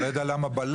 אני לא יודע למה בלם,